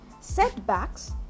Setbacks